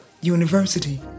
University